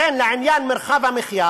לכן, לעניין מרחב המחיה